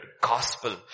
gospel